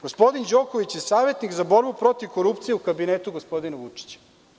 Gospodin Đoković je savetnik za borbu protiv korupcije u kabinetu gospodina Vučića.